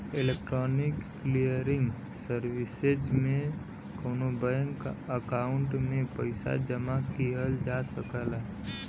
electronic clearing services में कउनो bank account में पइसा जमा किहल जा सकला